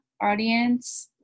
audience